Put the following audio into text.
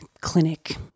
clinic